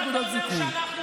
שאתם התחלתם והארכנו,